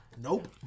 Nope